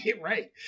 Right